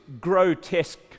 grotesque